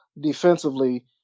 defensively